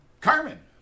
Carmen